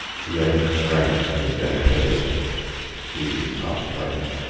he had no strength to invent a tale he would be a soft target.